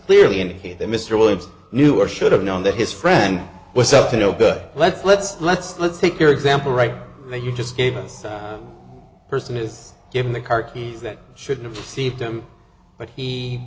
clearly indicate that mr williams knew or should have known that his friend was up to no good let's let's let's let's take your example right now you just gave us a person is given the car keys that shouldn't receive him but he